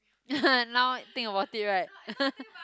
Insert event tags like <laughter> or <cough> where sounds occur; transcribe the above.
<laughs> now think about it right <laughs>